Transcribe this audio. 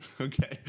Okay